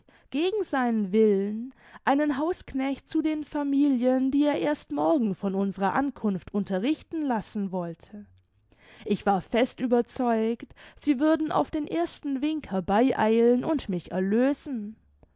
gegen seinen willen einen hausknecht zu den familien die er erst morgen von unserer ankunft unterrichten lassen wollte ich war fest überzeugt sie würden auf den ersten wink herbei eilen und mich erlösen